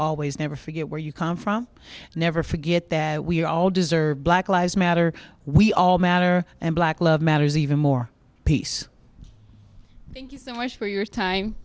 always never forget where you come from never forget that we all deserve black lives matter we all matter and black love matters even more peace thank you so much for your time